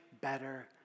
better